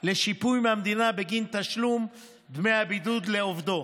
לשיפוי מהמדינה בגין תשלום דמי בידוד לעובדו,